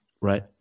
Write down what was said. right